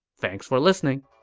thanks for listening!